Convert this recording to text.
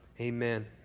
Amen